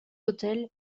hôtels